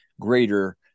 greater